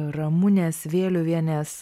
ramunės vėliuvienės